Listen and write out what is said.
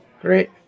great